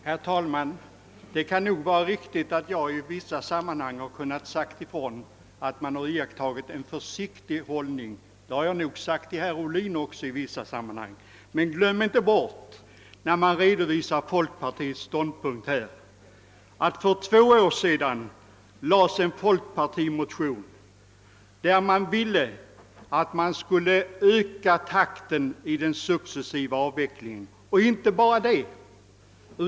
Herr talman! Det kan nog vara riktigt att jag i vissa sammanhang sagt ifrån om att man bör gå försiktigt fram. Jag har nog sagt det även till herr Ohlin. När herr Ohlin här redovisar folkpartiets ståndpunkt, skall han emellertid inie glömma bort att en folkparti motion väcktes för två år sedan, i vilken förordades en ökning av takten i den successiva avvecklingen av hyresregleringen.